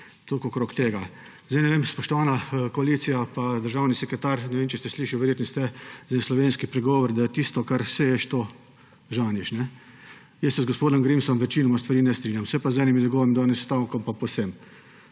Toliko okrog tega. Zdaj ne vem, spoštovana koalicija pa državni sekretar, ne vem, če ste slišali, verjetno ste, za slovenski pregovor, da tisto, kar seješ, to žanješ. Jaz se z gospodom Grimsom večinoma stvari ne strinjam. Se pa z enim njegovim danes stavkom pa povsem.